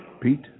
Pete